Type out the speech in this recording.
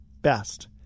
best